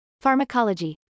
Pharmacology